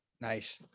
Nice